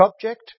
subject